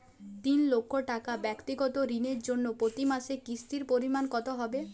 তিন লক্ষ টাকা ব্যাক্তিগত ঋণের জন্য প্রতি মাসে কিস্তির পরিমাণ কত হবে?